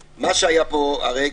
מה שקורה פה.